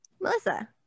Melissa